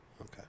Okay